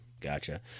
Gotcha